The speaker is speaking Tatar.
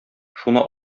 шуны